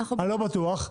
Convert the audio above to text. אני לא בטוח.